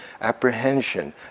apprehension